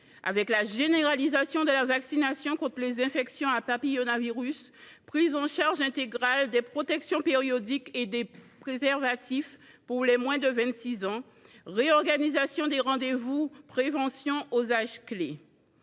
amorcé : généralisation de la vaccination contre les infections à papillomavirus, prise en charge intégrale des protections périodiques et des préservatifs pour les moins de 26 ans, réorganisation des rendez vous de prévention aux âges clés.